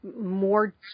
more